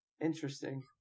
interesting